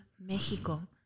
Mexico